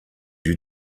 you